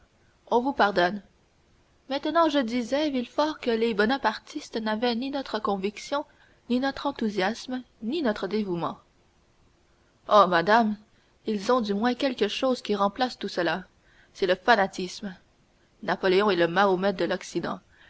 on vous pardonne maintenant je disais villefort que les bonapartistes n'avaient ni notre conviction ni notre enthousiasme ni notre dévouement oh madame ils ont du moins quelque chose qui remplace tout cela c'est le fanatisme napoléon est le mahomet de l'occident